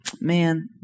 Man